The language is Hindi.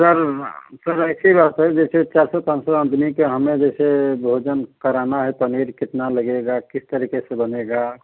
सर सर ऐसी बात है जैसे चार सौ पाँच सौ आदमी के हमें जैसे भोजन कराना है पनीर कितना लगेगा किस तरीक़े से बनेगा